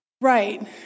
right